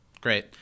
Great